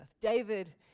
David